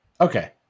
Okay